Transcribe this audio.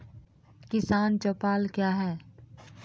किसान चौपाल क्या हैं?